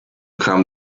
kam